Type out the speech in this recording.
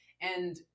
And-